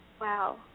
Wow